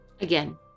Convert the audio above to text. Again